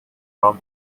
from